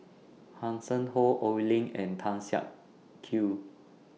Hanson Ho Oi Lin and Tan Siak Kew